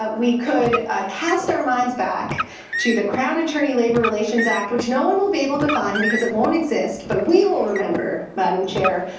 ah we could cast our minds back to the crown attorney labour relations act which no one will be able to find because it doesn't exist, but we will remember, madam chair,